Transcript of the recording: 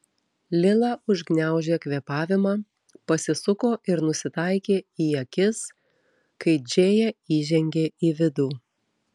lila užgniaužė kvėpavimą pasisuko ir nusitaikė į akis kai džėja įžengė į vidų